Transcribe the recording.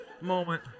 moment